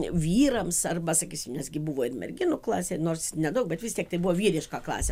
vyrams arba sakysim nes gi buvo ir merginų klasė nors nedaug bet vis tiek tai buvo vyriška klasė